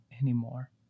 anymore